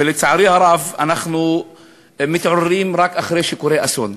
ולצערי הרב, אנחנו מתעוררים רק אחרי שקורה אסון.